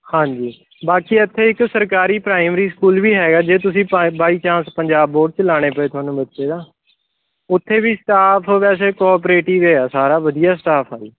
ਹਾਂਜੀ ਬਾਕੀ ਇੱਥੇ ਇੱਕ ਸਰਕਾਰੀ ਪ੍ਰਾਇਮਰੀ ਸਕੂਲ ਵੀ ਹੈਗਾ ਜੇ ਤੁਸੀਂ ਪਾ ਬਾਈ ਚਾਂਸ ਪੰਜਾਬ ਬੋਰਡ 'ਚ ਲਗਾਉਣੇ ਪਏ ਤੁਹਾਨੂੰ ਬੱਚੇ ਤਾਂ ਉੱਥੇ ਵੀ ਸਟਾਫ ਵੈਸੇ ਕੋਆਪਰੇਟਿਵ ਏ ਆ ਸਾਰਾ ਵਧੀਆ ਸਟਾਫ ਆ ਜੀ